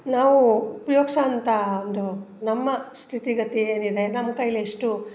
ನಾವು ಉಪಯೋಗ್ಸೋ ಅಂತ ಒಂದು ನಮ್ಮ ಸ್ಥಿತಿ ಗತಿ ಏನಿದೆ ನಮ್ಮ ಕೈಲಿ ಎಷ್ಟು